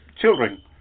children